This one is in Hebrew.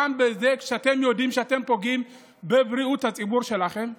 גם כשאתם יודעים שאתם פוגעים בבריאות הציבור שלכם?